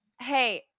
hey